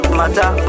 matter